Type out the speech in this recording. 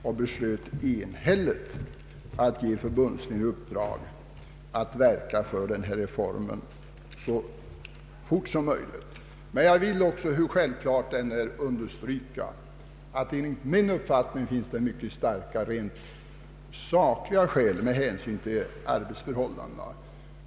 Vi beslöt då enhälligt att ge förbundsstyrelsen i uppdrag att verka för att denna reform skall genomföras så fort som möjligt. Jag vill också, hur självklart det än är, understryka att det enligt min uppfattning finns mycket starka rent sakliga skäl med hänsyn till arbetsförhållandena.